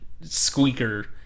squeaker